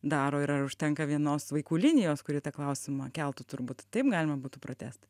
daro ir ar užtenka vienos vaikų linijos kuri tą klausimą keltų turbūt taip galima būtų pratęst